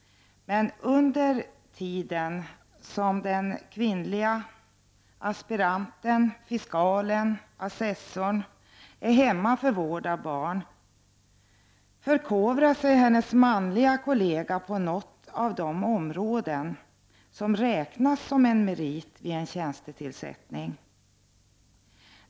Men under den tid då en kvinnlig aspirant, fiskal eller assessor är hemma för vård av barn förkovrar sig hennes manliga kolleger på något av de områden som räknas som en merit vid tjänstetillsättning.